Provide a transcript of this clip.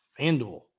FanDuel